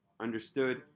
understood